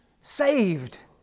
saved